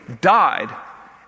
died